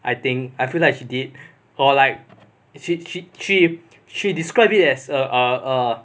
I think I feel like she did or like she she she she described it as a a